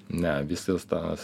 ne visas tas